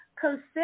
consider